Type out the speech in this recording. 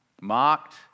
mocked